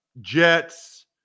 Jets